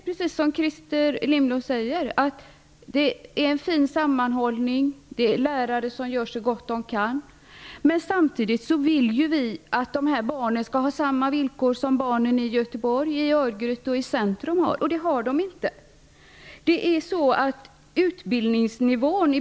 Precis som Christer Lindblom säger är det en fin sammanhållning där. Lärarna gör så gott de kan. Samtidigt vill vi ju att de här barnen skall ha samma villkor som barnen i Göteborg, i Örgryte och i Centrum. Men så är det inte.